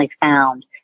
found